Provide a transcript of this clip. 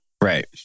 Right